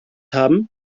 haben